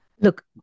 Look